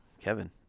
Kevin